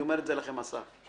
אני אומר את זה לכם, אסף.